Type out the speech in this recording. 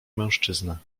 mężczyzna